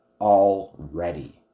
already